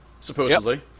supposedly